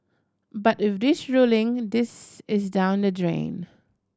but with this ruling this is down the drain